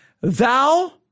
Thou